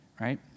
right